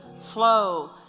flow